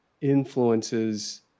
influences